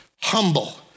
humble